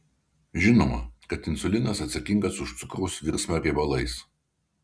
žinoma kad insulinas atsakingas už cukraus virsmą riebalais